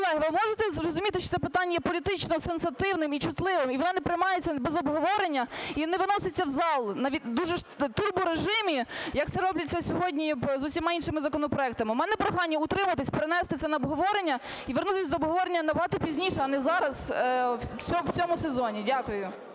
колеги, ви можете зрозуміти, що це питання є політично сенситивним і чутливим, і воно не приймається без обговорення, і не виноситься в зал в турборежимі, як це робиться сьогодні з усіма іншими законопроектами? В мене прохання утриматись, перенести це на обговорення і вернутись до обговорення набагато пізніше, а не зараз, в цьому сезоні. Дякую.